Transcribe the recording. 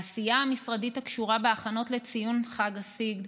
העשייה המשרדית הקשורה בהכנות לציון חג הסיגד,